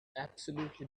absolutely